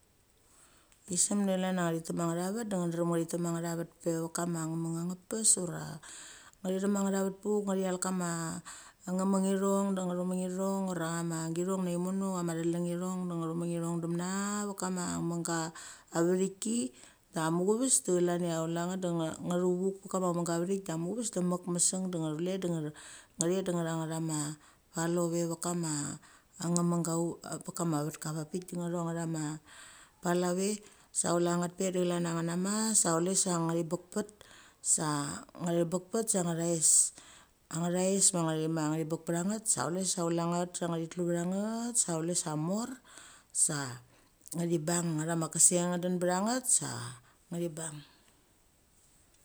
Isem de chlan cha ngchi tek ma chama vet, de ng drem ngchi tek ma chama vet pe vet kama nge meng angpes ura, ngehi thek ma nget puk ngithat kama angemenithong de ngthu mangi thong ura ama githong nei mono ama thlang ma ngthu meng ngthon demna vekama menga vechiki, da muchvus da chlan ia chula nget da ngthu vuk pek kama angemang ga muves da mekmesng de chule da ngthet da ngu ngaima palo ve vekama angeman ga pekama ivetka vakpik nguthu chama pala ve. Sa chula nget pe da chlau ia ngenam mas sa chule sa ngthi bekpet, sa ngthi bekpet sa ngaes. Ngaes ma ugthi ma ngthi bek pang nget sa chule sa ngthi tlu vang net sa chule sa mor sa, ngthi bang chama keseng nge den ba nget sa ngthi bang.